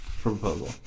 Proposal